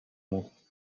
mots